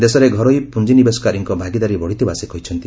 ଦେଶରେ ଘରୋଇ ପୁଞ୍ଜିନିବେଶକାରୀଙ୍କ ଭାଗିଦାରୀ ବଢ଼ିଥିବା ସେ କହିଛନ୍ତି